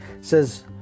says